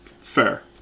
Fair